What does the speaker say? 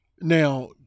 Now